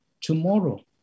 tomorrow